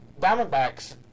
Diamondbacks